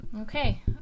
okay